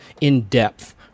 in-depth